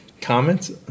Comments